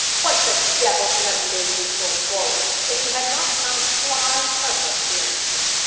what the devil can have made you so forward, if you had not some sly purpose to answer,